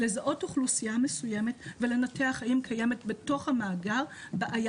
לזהות אוכלוסייה מסוימת ולנתח האם קיימת בתוך המאגר בעיה.